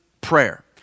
Prayer